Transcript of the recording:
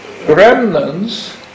remnants